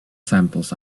samples